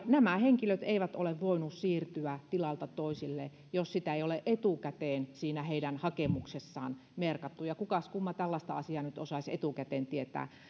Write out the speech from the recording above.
nämä henkilöt eivät ole voineet siirtyä tilalta toiselle jos sitä ei ole etukäteen siihen heidän hakemukseensa merkattu ja kukas kumma tällaista asiaa nyt osaisi etukäteen tietää